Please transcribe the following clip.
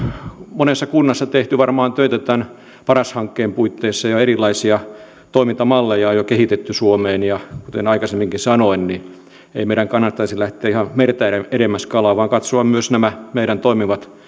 monessa kunnassa tehty varmaan töitä tämän paras hankkeen puitteissa ja erilaisia toimintamalleja on jo kehitetty suomeen ja kuten aikaisemminkin sanoin ei meidän kannattaisi lähteä ihan merta edemmäs kalaan vaan katsoa myös nämä meidän toimivat